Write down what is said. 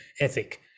ethic